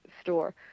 store